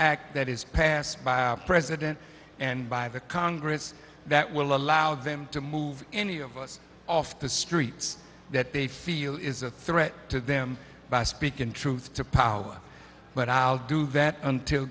act that is passed by a president and by the congress that will allow them to move any of us off the streets that they feel is a threat to them by speaking truth to power but i'll do that